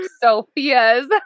Sophia's